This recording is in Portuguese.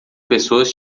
pessoas